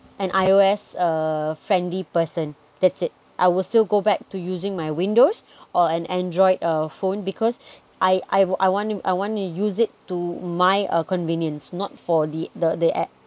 an I_O_S uh a friendly person that's it I will still go back to using my windows or an android uh phone because I I want to I want to use it to my convenience not for the the app